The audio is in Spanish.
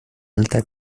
alta